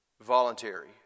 voluntary